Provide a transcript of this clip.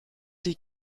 die